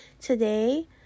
Today